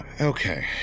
Okay